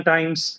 Times